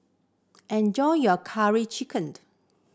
enjoy your curry chickened